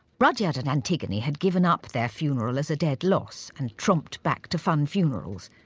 rudyard and antigone had given up their funeral as a dead loss and tromped back to funn funerals.